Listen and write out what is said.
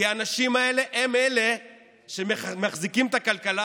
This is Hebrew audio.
כי האנשים האלה הם שמחזיקים את הכלכלה